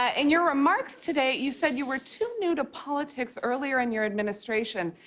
ah in your remarks today you said you were too new to politics earlier in your administration.